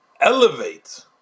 elevate